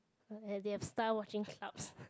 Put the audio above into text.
they have star watching clubs